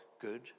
good